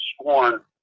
scorn